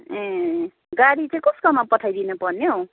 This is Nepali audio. ए गाडी चाहिँ कसकोमा पठाइदिनुपर्ने हौ